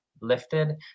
lifted